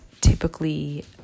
typically